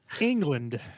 England